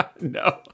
no